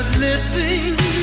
living